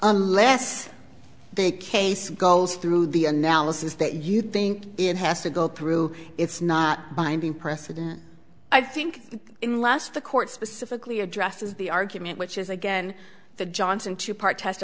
unless they case goes through the analysis that you think it has to go through it's not binding precedent i think in last the court specifically addresses the argument which is again the johnson two part test